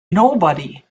nobody